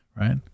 Right